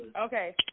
Okay